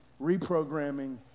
reprogramming